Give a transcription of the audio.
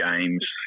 games